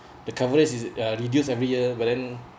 the coverage is uh reduce every year but then